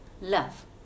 Love